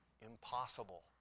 impossible